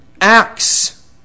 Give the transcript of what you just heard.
acts